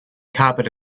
carpet